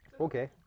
Okay